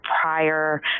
prior